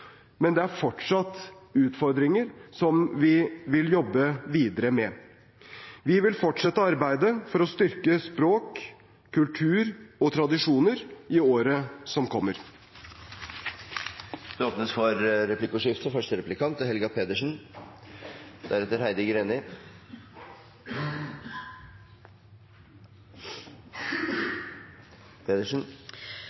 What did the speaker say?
Men det er fortsatt utfordringer som vi vil jobbe videre med. Vi vil fortsette arbeidet for å styrke språk, kultur og tradisjoner i året som kommer. Det blir replikkordskifte.